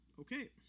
okay